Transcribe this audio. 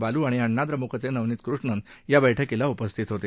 बालू आणि अण्णा द्रमुकचे नवनित कृष्णन बैठकीत उपस्थित होते